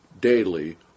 daily